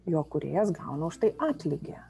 jo kūrėjas gauna už tai atlygį